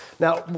Now